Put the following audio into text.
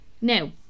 now